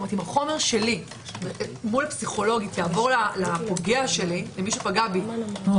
אם החומר שלי מול הפסיכולוגית יעבור לפוגע שלי- -- אז אומרת